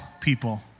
people